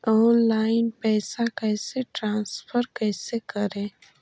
Online पैसा transfer कैसे करे?